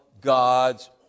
God's